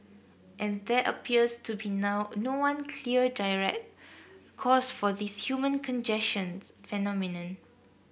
and there appears to be now no one clear direct cause for this human congestions phenomenon